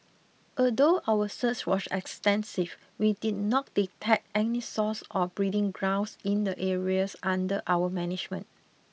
although our search was extensive we did not detect any source or breeding grounds in the areas under our management